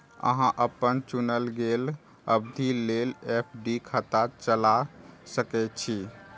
अहां अपन चुनल गेल अवधि लेल एफ.डी खाता चला सकै छी